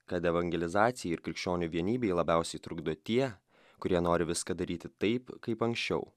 kad evangelizacijai ir krikščionių vienybei labiausiai trukdo tie kurie nori viską daryti taip kaip anksčiau